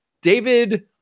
David